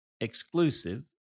exclusive